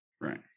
Right